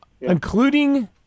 Including